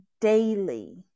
daily